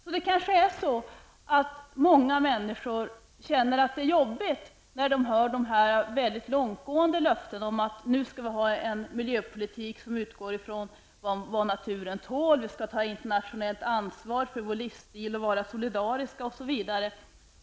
Det är kanske så att många människor känner att det är jobbigt med dessa långtgående löften om att nu skall vi ha en miljöpolitik som utgår ifrån vad naturen tål, vi skall ta internationellt ansvar för vår livsstil och vara solidariska osv.